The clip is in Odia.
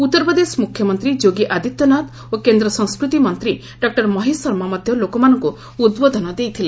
ଉତ୍ତର ପ୍ରଦେଶ ମୁଖ୍ୟମନ୍ତ୍ରୀ ଯୋଗୀ ଆଦିତ୍ୟନାଥ ଓ କେନ୍ଦ୍ର ସଂସ୍କୃତି ମନ୍ତ୍ରୀ ଡକ୍ଟର ମହେଶ ଶର୍ମା ମଧ୍ୟ ଲୋକମାନଙ୍କୁ ଉଦ୍ବୋଧନ ଦେଇଥିଲେ